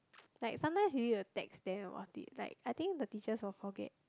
like sometimes you need to text them about it like I think the teachers will forget